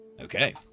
Okay